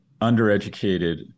undereducated